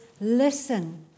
Listen